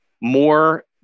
more